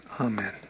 Amen